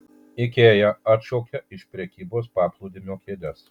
ikea atšaukia iš prekybos paplūdimio kėdes